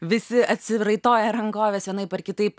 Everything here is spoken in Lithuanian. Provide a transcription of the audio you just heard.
visi atsiraitoję rankoves vienaip ar kitaip